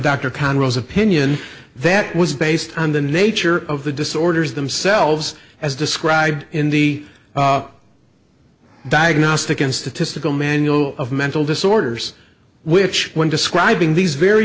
rose opinion that was based on the nature of the disorders themselves as described in the diagnostic and statistical manual of mental disorders which when describing these very